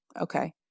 Okay